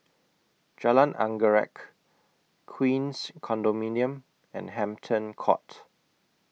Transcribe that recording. Jalan Anggerek Queens Condominium and Hampton Court